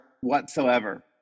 whatsoever